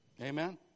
Amen